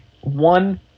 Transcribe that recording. One